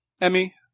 Emmy